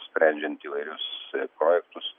sprendžiant įvairius projektus